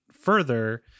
further